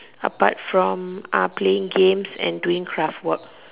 apart from ah playing games and doing craft work